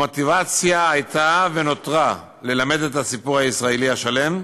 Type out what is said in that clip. המוטיבציה הייתה ונותרה ללמד את הסיפור הישראלי השלם,